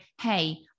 hey